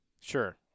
Sure